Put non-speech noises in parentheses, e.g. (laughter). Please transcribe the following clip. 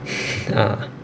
(laughs) ah